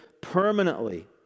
permanently